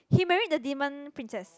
he married the demon princess